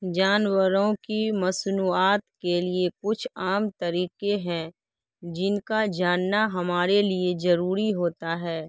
جانوروں کی مصنوعات کے لیے کچھ عام طریقے ہیں جن کا جاننا ہمارے لیے ضروری ہوتا ہے